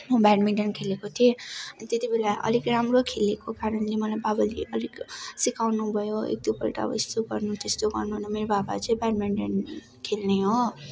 म ब्याडमिन्टन खेलेको थिएँ अन्त त्यतिबेला अलिक राम्रो खेलेको कारणले मलाई बाबाले अलिक सिकाउनुभयो एकदुईपल्ट अब यस्तो गर्नु त्यस्तो गर्नु भनेर मेरो बाबाले चाहिँ ब्याडमिन्टन खेल्ने हो